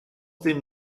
dem